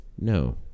No